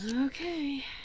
Okay